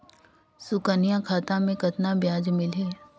सुकन्या खाता मे कतना ब्याज मिलही?